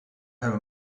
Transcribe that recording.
have